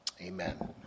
Amen